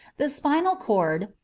the spinal cord,